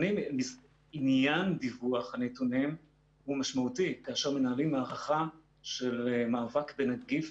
ועניין דיווח הנתונים הוא משמעותי כאשר מנהלים מערכה של מאבק בנגיף,